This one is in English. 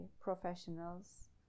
professionals